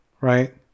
Right